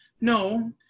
No